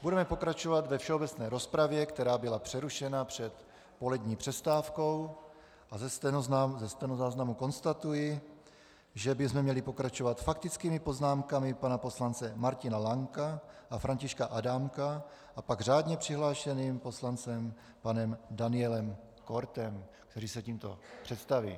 Budeme pokračovat ve všeobecné rozpravě, která byla přerušena před polední přestávkou, a ze stenozáznamu konstatuji, že bychom měli pokračovat faktickými poznámkami pana poslance Martina Lanka a Františka Adámka a pak řádně přihlášeným poslancem panem Danielem Kortem, kteří se tímto představí.